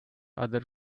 other